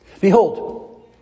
Behold